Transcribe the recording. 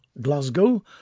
Glasgow